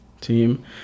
team